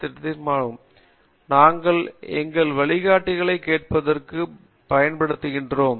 திட்டத்தை செய்தபோது நாங்கள் எங்கள் வழிகாட்டிகளைக் கேட்பதற்குப் பயன்படுத்துகிறோம்